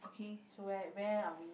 so where where are we